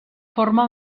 forma